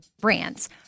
brands